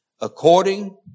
according